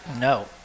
No